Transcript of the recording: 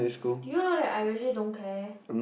do you know that I really don't care